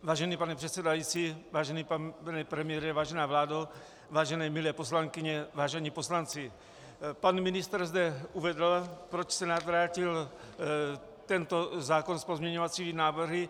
Vážený pane předsedající, vážený pane premiére, vážená vládo, vážené milé poslankyně, vážení poslanci, pan ministr zde uvedl, proč Senát vrátil tento zákon s pozměňovacími návrhy.